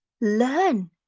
learn